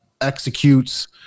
executes